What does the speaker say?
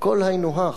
הכול היינו הך,